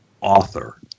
author